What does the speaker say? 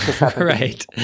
Right